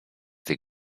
tych